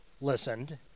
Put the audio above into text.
listened